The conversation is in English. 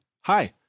Hi